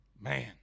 Man